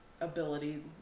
ability